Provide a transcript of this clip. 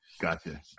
Gotcha